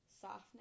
softness